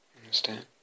understand